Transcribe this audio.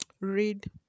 read